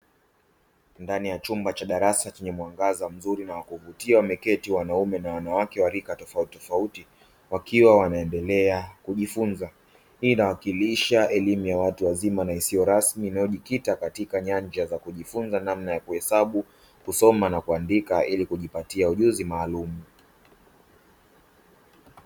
Ndani ya chumba cha darasa chenye mwangaza mzuri na wakuvutia wameketi wanaume na wanawake wa rika tofauti tofauti wakiwa wanaendelea kujifunza, hii inawakilisha elimu ya watu wazima na isiyo rasmi inayojikita katika nyanja za kujifunza namna ya kuhesabu, kusoma na kuandika ili kujipatia ujuzi maalum.